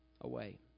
away